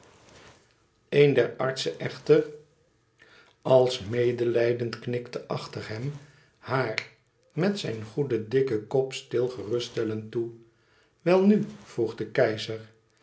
een der artsen echter als mêelijdend knikte achter hem haar met zijn goeden dikken kop stil geruststellend toe welnu vroeg de keizer